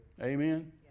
Amen